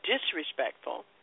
disrespectful